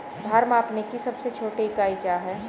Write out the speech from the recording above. भार मापने की सबसे छोटी इकाई क्या है?